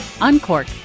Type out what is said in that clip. Uncork